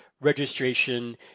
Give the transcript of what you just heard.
registration